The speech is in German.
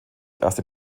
erste